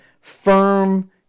firm